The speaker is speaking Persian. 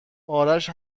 آرش